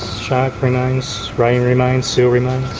shark remains, ray remains, seal remains.